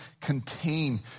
contain